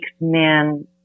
men